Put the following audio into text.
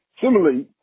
Similarly